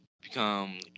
become